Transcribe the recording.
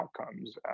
outcomes